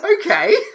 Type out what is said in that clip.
Okay